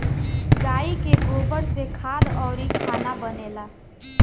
गाइ के गोबर से खाद अउरी खाना बनेला